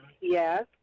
Yes